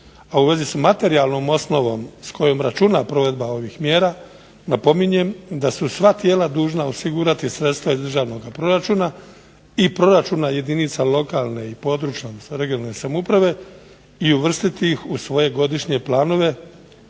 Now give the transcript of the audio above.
a u vezi s materijalnom osnovom s kojom računa provedba ovih mjera napominjem da su sva tijela dužna osigurati sredstva iz državnog proračuna i proračuna jedinica lokalne i područne (regionalne) samouprave i uvrstiti ih u svoje godišnje planove